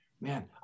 Man